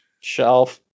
shelf